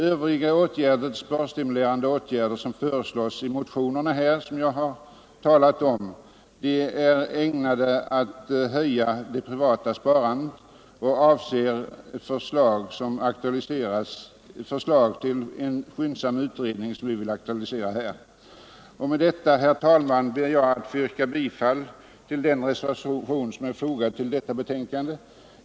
65 Övriga sparstimulerande åtgärder som föreslås i de motioner jag talat om är ägnade att öka det privata sparandet. Vi vill aktualisera en skyndsam utredning i de frågorna. Med det anförda ber jag, herr talman, att få yrka bifall till den reservation som har fogats till utskottets betänkande.